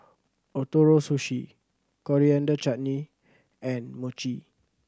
Ootoro Sushi Coriander Chutney and Mochi